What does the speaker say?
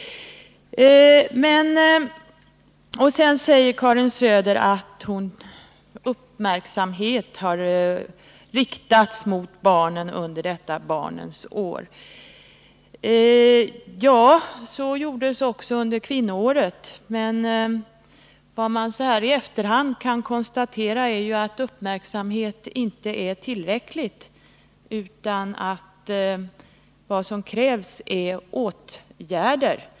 Sedan säger Karin Söder att vår uppmärksamhet har riktats mot barnen under detta barnens år. Ja, det motsvarande skedde också under kvinnoåret, men vad man så här i efterhand kan konstatera är att uppmärksamhet inte är tillräckligt utan att vad som krävs är åtgärder.